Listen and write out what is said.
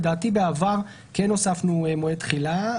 לדעתי בעבר כן הוספנו מועד תחילה,